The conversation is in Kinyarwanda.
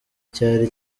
cyari